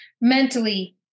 mentally